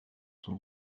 son